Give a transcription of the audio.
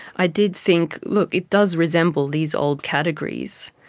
i did think, look, it does resemble these old categories.